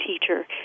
teacher